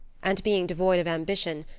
and being devoid of ambition,